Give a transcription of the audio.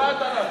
כמעט.